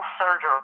Surgery